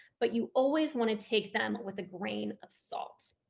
but you always want to take them with a grain of salt.